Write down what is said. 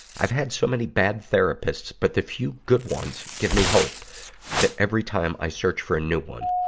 i've had so many bad therapist, but the few good ones give me hope that every time i search for a new one.